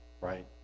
right